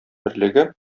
берлеге